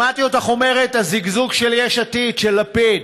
שמעתי אותך אומרת: הזגזוג של יש עתיד, של לפיד.